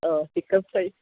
ആ chicken fries